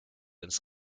ins